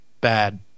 bad